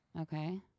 Okay